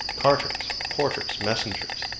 carters, porters, messengers